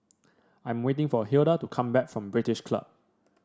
I am waiting for Hilda to come back from British Club